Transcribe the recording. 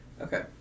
Okay